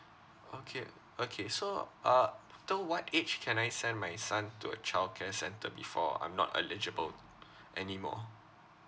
okay okay so uh till what age can I send my son to a childcare centre before I'm not eligible anymore